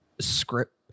script